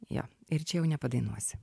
jo ir čia jau nepadainuosi